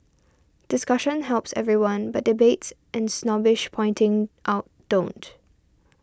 discussion helps everyone but debates and snobbish pointing out don't